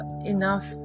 enough